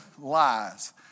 lies